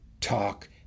talk